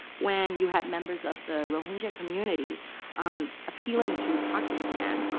when you had members of the rohingya community appealing to pakistan,